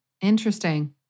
Interesting